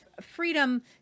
freedom